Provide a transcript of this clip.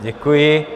Děkuji.